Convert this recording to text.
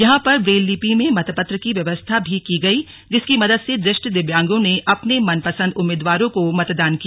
यहां पर ब्रेल लिपि में मतपत्र की व्यवस्था भी की गई जिसकी मदद से दृष्टि दिव्यांगों ने अपने मन पसंद उम्मीदवार को मतदान किया